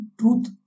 truth